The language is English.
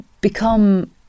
become